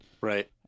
Right